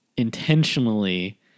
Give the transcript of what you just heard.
Intentionally